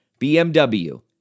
BMW